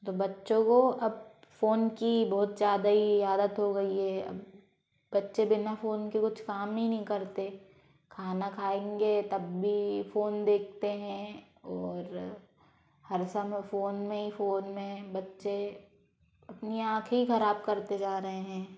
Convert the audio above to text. तो बच्चों को अब फ़ोन की बहुत ज़्यादाही आदत हो गई है अब बच्चे बिना फ़ोन के कुछ काम ही नहीं करते खाना खाएंगे तब भी फ़ोन देखते हैं और हर समय फ़ोन में ही फ़ोन में बच्चे अपनी आँखें ही ख़राब करते जा रहे हैं